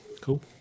Cool